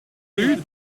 rue